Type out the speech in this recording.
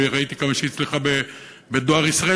וראיתי כמה היא הצליחה בדואר ישראל,